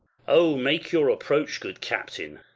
o, make your approach, good captain.